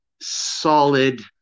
solid